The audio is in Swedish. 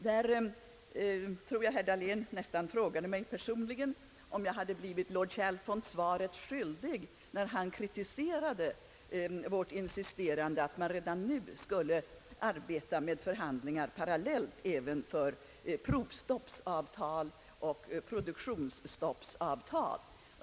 Här tror jag att herr Dahlén frågade mig personligen, om jag hade blivit lord Chalfont svaret skyldig, när han kritiserade vårt insisterande att man redan nu skulle arbeta med förhandlingar parallellt även för provstoppsavtal och produktionsstoppsavtal.